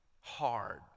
hard